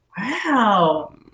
Wow